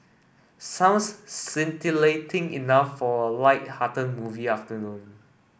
sounds scintillating enough for a light hearted movie afternoon